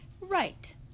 Right